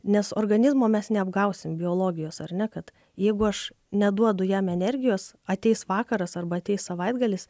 nes organizmo mes neapgausim biologijos ar ne kad jeigu aš neduodu jam energijos ateis vakaras arba ateis savaitgalis